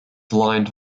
lined